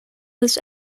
this